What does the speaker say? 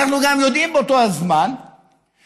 אבל אנחנו גם יודעים באותו זמן שהאנשים